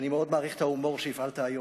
אגב, אני מאוד מעריך את ההומור שהפעלת היום.